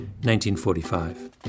1945